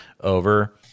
over